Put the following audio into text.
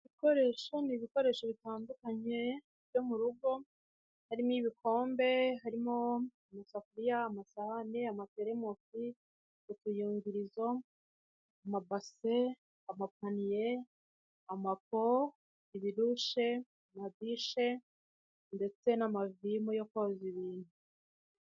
Ibikoresho n'ibikoresho bitandukanye byo mu rugo, harimo ibikombe, harimo amasafuriya, amasahani, amateremusi, utuyungirizo amabase, amapanye, amapo, ibirushe amadishe ndetse n'amavimo yo koza ibintu.